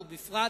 ובפרט